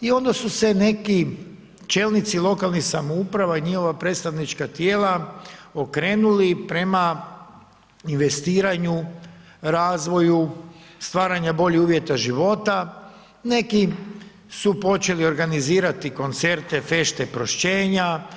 I onda su se neki čelnici lokalnih samouprava i njihova predstavnička tijela okrenuli prema investiranju, razvoju, stvaranju boljih uvjeta života, neki su počeli organizirati koncerte, fešte, prošćenja.